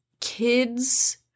Kids